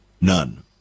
None